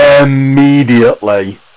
immediately